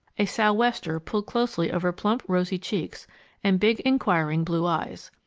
a sou'wester pulled closely over plump, rosy cheeks and big, inquiring blue eyes.